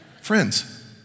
Friends